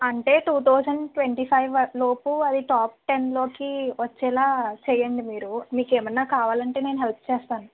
అంటే two thousand twenty five లోపు అది టాప్ టెన్లోకి వచ్చేలా చేయండి మీరు మీకేమన్న కావాలంటే నేను హెల్ప్ చేస్తాను